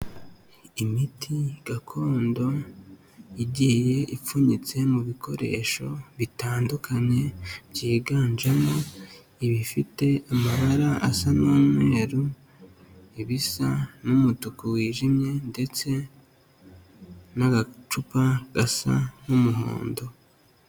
Imiti gakondo igiye ipfunyitse mu bikoresho bitandukanye byiganjemo ibifite amabara asa n'umweru, ibisa n'umutuku wijimye ndetse n'agacupa gasa n'umuhondo.